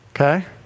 Okay